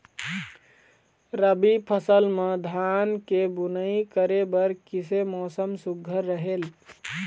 रबी फसल म धान के बुनई करे बर किसे मौसम सुघ्घर रहेल?